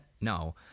No